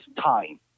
time